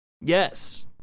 Yes